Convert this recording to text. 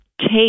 take